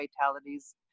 fatalities